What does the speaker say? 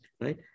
right